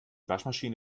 waschmaschine